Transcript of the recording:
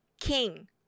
King